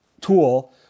tool